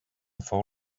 fou